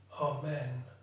Amen